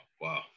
wow